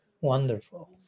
wonderful